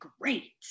great